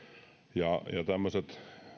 ja tämmöiset